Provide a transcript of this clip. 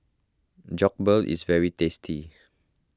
Jokbal is very tasty